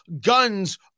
guns